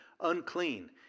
unclean